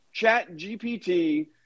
ChatGPT